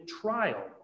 trial